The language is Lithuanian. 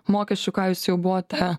mokesčiu ką jūs jau buvote